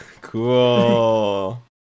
Cool